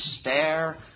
stare